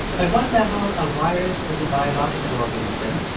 at one level, a virus is a biological organism.